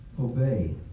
obey